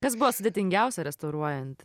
kas buvo sudėtingiausia restauruojant